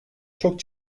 çok